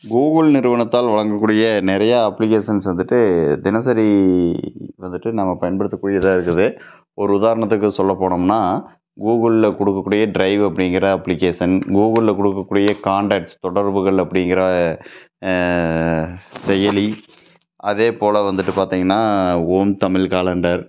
Google நிறுவனத்தால் வழங்கக்கூடிய நிறையா அப்ளிகேஷன்ஸ் வந்துவிட்டு தினசரி வந்துவிட்டு நம்ம பயன்படுத்தக்கூடியதாக இருக்குது ஒரு உதாரணத்துக்கு சொல்ல போனோம்னா கூகுளில் கொடுக்கக்கூடிய ட்ரைவ் அப்படிங்கிற அப்ளிகேஷன் கூகுளில் கொடுக்கக்கூடிய கான்டக்ட்ஸ் தொடர்புகள் அப்படிங்கிற செயலி அதேபோல வந்துவிட்டு பார்த்திங்னா ஓம் தமிழ் காலண்டர்